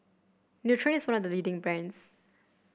Nutren is one of the leading brands